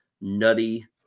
nutty